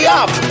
up